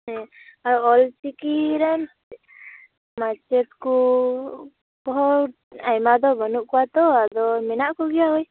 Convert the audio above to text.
ᱦᱮᱸ ᱟᱨ ᱚᱞ ᱪᱤᱠᱤᱨᱮᱢ ᱚᱱᱟ ᱪᱮᱫᱽ ᱠᱚ ᱵᱚᱦᱩᱛ ᱟᱭᱢᱟ ᱫᱚ ᱵᱟᱹᱱᱩᱜ ᱠᱚᱣᱟ ᱛᱚ ᱟᱫᱚ ᱢᱮᱱᱟᱜᱼᱠᱚ ᱜᱮᱭᱟ